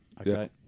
Okay